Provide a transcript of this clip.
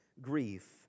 grief